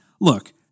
look